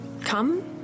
come